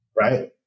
Right